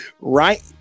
Right